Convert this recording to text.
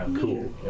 Cool